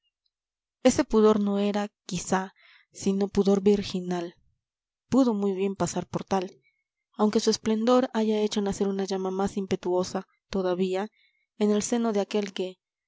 ese pudor no era quizá sino pudor virginal pudo muy bien pasar por tal aunque su esplendor haya hecho nacer una llama más impetuosa todavía en el seno de aquel que